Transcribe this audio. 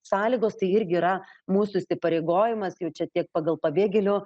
sąlygos tai irgi yra mūsų įsipareigojimas jau čia tiek pagal pabėgėlių